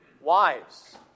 Wives